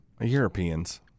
Europeans